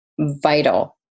vital